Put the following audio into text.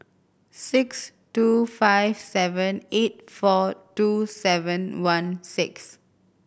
six two five seven eight four two seven one six